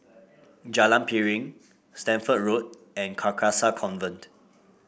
Jalan Piring Stamford Road and Carcasa Convent